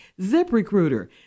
ZipRecruiter